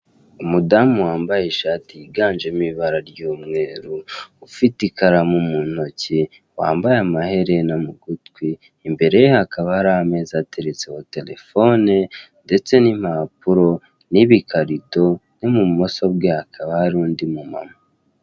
Umudamu wambaye ishati yiganjemo ibara ry'umweru, ufite ikaramu mu ntoki, wambaye amaherena mu gutwi, imbere ye hakaba hari ameza ateretseho telefone ndetse n'impapuro, n'ibikarito n'ibumoso bwe hakaba hari undi mumama.